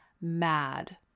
mad